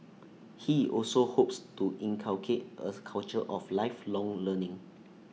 he also hopes to inculcate A culture of lifelong learning